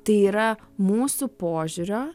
tai yra mūsų požiūrio